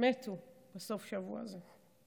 מתו בסוף השבוע הזה.